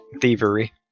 thievery